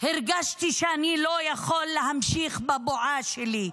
הרגשתי שאני לא יכול להמשיך בבועה שלי,